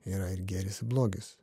yra ir gėris ir blogis